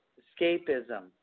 escapism